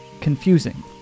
confusing